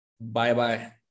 Bye-bye